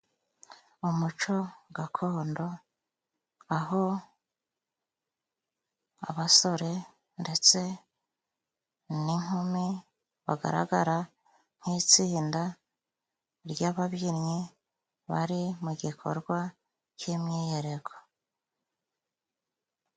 Umuco gakondo aho abasore ndetse n'inkumi bagaragara nk'itsinda ry'ababyinnyi bari mu gikorwa cy'imyiyereko.